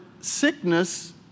sickness